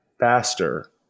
faster